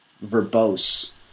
verbose